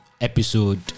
episode